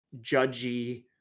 judgy